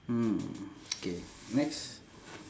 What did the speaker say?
hmm okay next